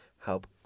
help